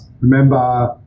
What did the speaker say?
Remember